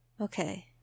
Okay